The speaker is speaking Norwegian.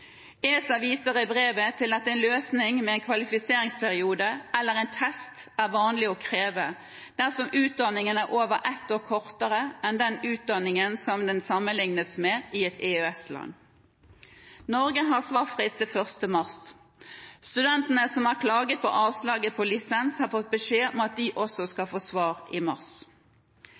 ESA viser i brevet til at en løsning med en kvalifiseringsperiode eller en test er vanlig å kreve dersom utdanningen er over ett år kortere enn den utdanningen som den sammenlignes med, i et EØS-land. Norge har svarfrist til 1. mars. Studentene som har klaget på avslaget på lisens, har fått beskjed om at de også vil få svar i mars.